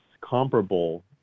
comparable